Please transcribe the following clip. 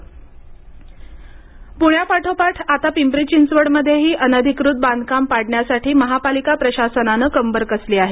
अनधिकत बांधकाम पुण्यापाठोपाठ आता पिंपरी चिंचवडमध्येही अनधिकृत बांधकाम पाडण्यासाठी महापालिका प्रशासनाने कंबर कसली आहे